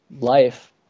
life